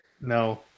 No